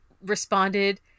responded